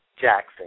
Jackson